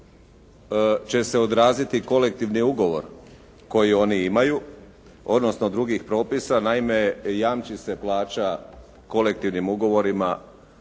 će se odraziti kolektivni ugovor koji oni imaju, odnosno drugih propisa. Naime, jamči se plaća kolektivnim ugovorima